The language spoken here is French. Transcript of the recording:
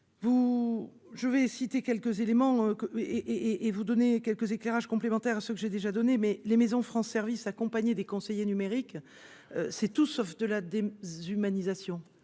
je vais citer quelques éléments que et et et vous donner quelques éclairages complémentaires à ce que j'ai déjà donné mais les maisons France service accompagné des conseillers numériques. C'est tout sauf de la dé-humanisation.